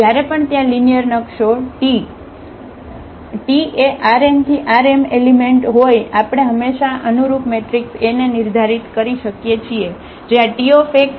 જ્યારે પણ ત્યાં લિનિયર નકશો T RnRm એલિમેન્ટ હોય આપણે હંમેશાં અનુરૂપ મેટ્રિક્સ A ને નિર્ધારિત કરી શકીએ છીએ જે આ TxAx તરીકે કાર્ય કરશે